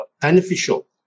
beneficial